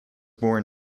born